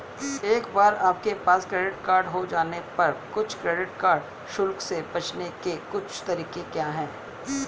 एक बार आपके पास क्रेडिट कार्ड हो जाने पर कुछ क्रेडिट कार्ड शुल्क से बचने के कुछ तरीके क्या हैं?